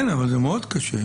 כן, אבל זה מאוד קשה.